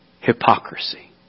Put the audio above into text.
hypocrisy